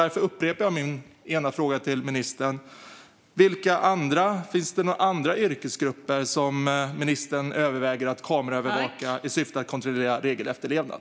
Därför upprepar jag den till ministern: Finns det några andra yrkesgrupper som ministern överväger att kameraövervaka i syfte att kontrollera regelefterlevnad?